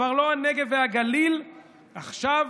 כבר